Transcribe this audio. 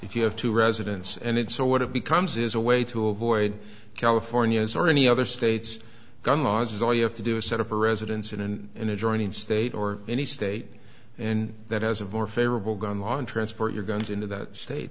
if you have to residence and it so what it becomes is a way to avoid california's or any other states gun laws all you have to do is set up a residence in and an adjoining state or any state and that has a more favorable gun law and transport your guns into that state